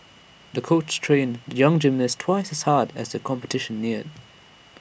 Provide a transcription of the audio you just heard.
the coach trained young gymnast twice as hard as the competition neared